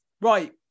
Right